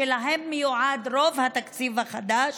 שלהם מיועד רוב התקציב החדש,